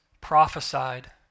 prophesied